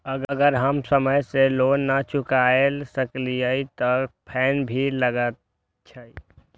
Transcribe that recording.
अगर हम समय से लोन ना चुकाए सकलिए ते फैन भी लगे छै?